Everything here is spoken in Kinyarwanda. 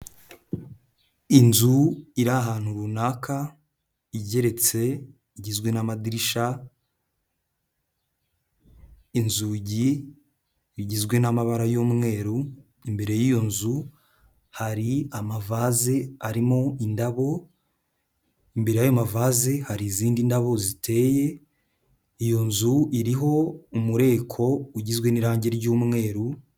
Inzu iri ahantu runaka igeretse, igizwe n'amadirisha, inzugi, bigizwe n'amabara y'umweru, imbere y'iyo nzu hari amavazi arimo indabo, imbere y'ayo mavazi hari izindi ndabo ziteye, iyo nzu iriho umureko ugizwe n'irangi ry'umweru.